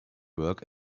work